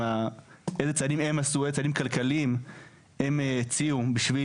איזה צעדים כלכליים הם הציעו בשביל